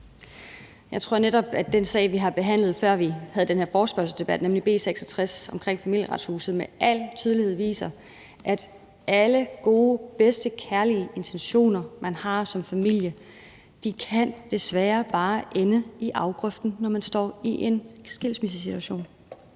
Jeg tror netop, at den sag, vi har behandlet, før vi havde den her forespørgselsdebat, nemlig beslutningsforslag nr. B 66 omkring Familieretshuset, med al tydelighed viser, at alle gode, de bedste, kærlige intentioner, man har som familie, desværre kan ende i grøften, når man står i en skilsmissesituation.